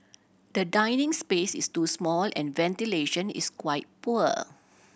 the dining space is too small and ventilation is quite poor